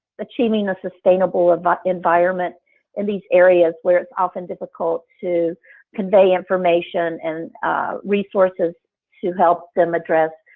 achieving a sustainable ah but environment in these areas where it's often difficult to convey information and resources to help them address